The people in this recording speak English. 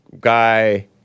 guy